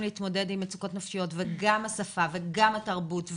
להתמודד עם מצוקות נפשיות וגם השפה וגם התרבות,